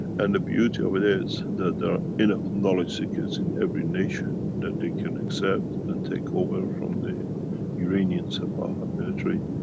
and the beauty of it is, that there are enough knowledge seekers in every nation, that they can accept and take over from the iranian sepah military,